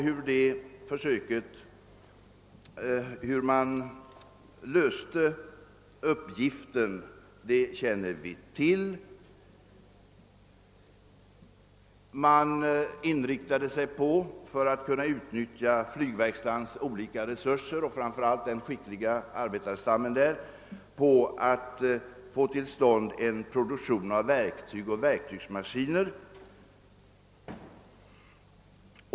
Hur man löste uppgiften känner vi till: För att kunna utnyttja flygverkstadens olika resurser och framför allt den skickliga arbetarstammen inriktade man sig på att få till stånd en produktion av verktyg och verktygsmaskiner.